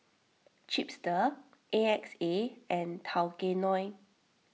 Chipster A X A and Tao Kae Noi